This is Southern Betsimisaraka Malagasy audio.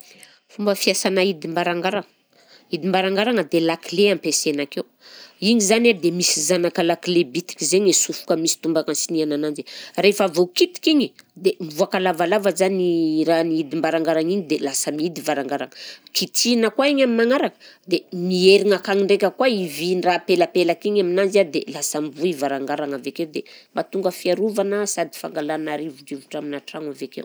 Fomba fiasanà hidim-barangarana, hidim-barangaragna dia lakile ampiasaina akeo, igny zany a dia misy zanaka lakile bitika zegny asofoka misy dombaka ansinihana ananjy, rehefa voakitika igny dia mivoaka lavalava zany rahan'ny hidim-barangaragna igny dia lasa mihidy varangaragna, kitihina koa igny amin'ny magnaraka dia miherigna akagny ndraika koa i vin-draha pelapelaka igny aminanzy a dia lasa mivoy varangarana avy akeo dia mahatonga fiarovana sady fangalana rivodrivotra aminà tragno avy akeo.